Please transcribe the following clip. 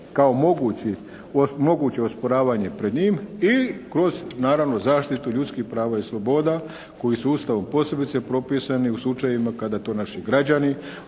moguće osporavanje pred njim i kroz naravno zaštitu ljudskih prava i sloboda koji su Ustavom posebice propisani u slučajevima kada to naši građani